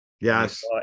Yes